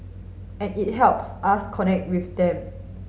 and it helps us connect with them